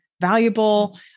valuable